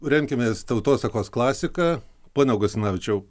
remkimės tautosakos klasika pone augustinavičiau